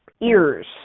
ears